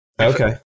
Okay